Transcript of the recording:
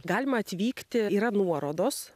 galima atvykti yra nuorodos